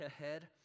ahead